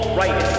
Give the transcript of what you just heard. right